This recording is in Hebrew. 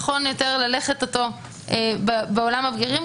נכון יותר ללכת אותו בעולם הבגירים.